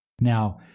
now